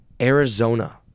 Arizona